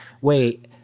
wait